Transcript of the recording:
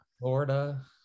Florida